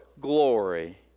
glory